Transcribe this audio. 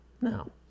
No